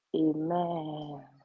Amen